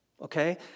okay